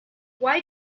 why